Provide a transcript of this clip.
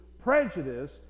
prejudice